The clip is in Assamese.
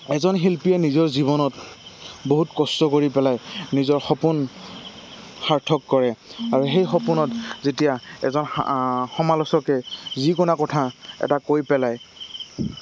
এজন শিল্পীয়ে নিজৰ জীৱনত বহুত কষ্ট কৰি পেলাই নিজৰ সপোন সাৰ্থক কৰে আৰু সেই সপোনত যেতিয়া এজন সমালোচকে যিকোনা কথা এটা কৈ পেলাই